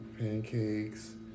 pancakes